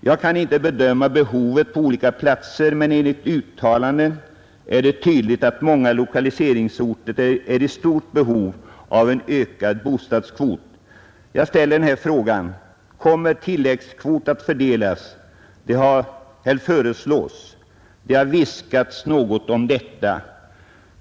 Jag kan inte bedöma behovet på olika platser, men enligt uttalanden är det tydligt att många lokaliseringsorter är i stort behov av en ökad bostadskvot. Jag ställer därför frågan: Kommer tilläggskvot att föreslås? Det har viskats något om det.